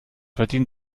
verdienen